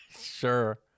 sure